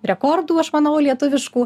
rekordų aš manau lietuviškų